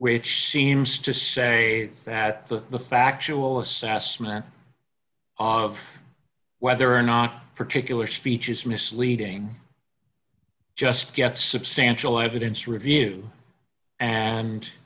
which seems to say that the factual assessment of whether or not a particular speech is misleading just get substantial evidence review and